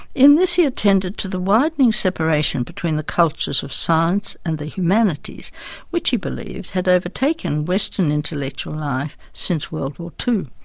in this he attended to the widening separation between the cultures of science and the humanities which, he believed, had overtaken western intellectual life since world war ii.